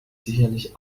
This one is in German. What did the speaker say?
sicherlich